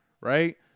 right